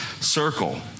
circle